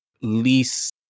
least